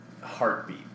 heartbeat